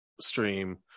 stream